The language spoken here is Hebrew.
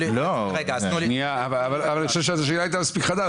--- אבל השאלה הייתה מספיק חדה,